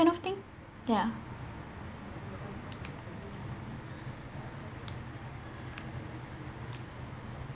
kind of thing ya